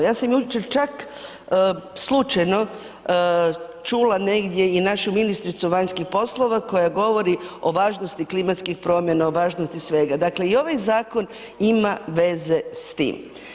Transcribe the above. Ja sam jučer čak slučajno čula negdje i našu ministricu vanjskih poslova koja govori o važnosti klimatskih promjena, o važnosti svega, dakle i ovaj zakon ima veze s tim.